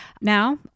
Now